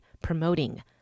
promoting